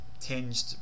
tinged